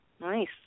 Nice